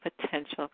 potential